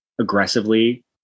aggressively